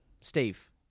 Steve